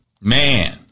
Man